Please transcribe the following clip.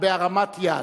בהרמת יד,